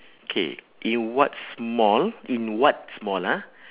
okay in what small in what small ah